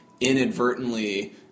inadvertently